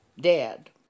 dead